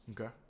Okay